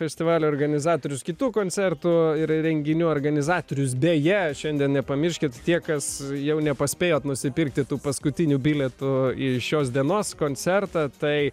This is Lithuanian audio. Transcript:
festivalio organizatorius kitų koncertų ir renginių organizatorius deja šiandien nepamirškit tie kas jau nepaspėjot nusipirkti tų paskutinių bilietų į šios dienos koncertą tai